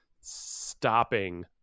stopping